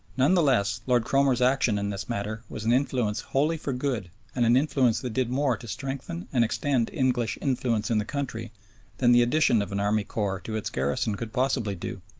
none the less lord cromer's action in this matter was an influence wholly for good and an influence that did more to strengthen and extend english influence in the country than the addition of an army corps to its garrison could possibly do.